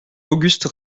auguste